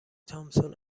تامسون